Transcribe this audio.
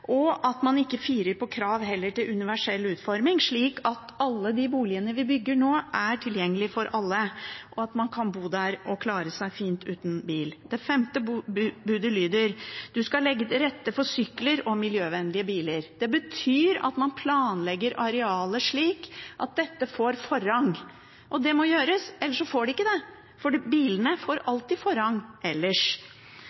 ikke fire på kravene til universell utforming. Alle boligene vi bygger nå, skal være tilgjengelige for alle, og man skal kunne bo der og klare seg fint uten bil. Det femte budet lyder: Du skal legge til rette for sykler og miljøvennlige biler. Det betyr at man planlegger arealet slik at dette får forrang. Det må gjøres, ellers får de ikke det. Bilene får